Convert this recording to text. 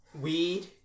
weed